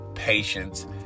patience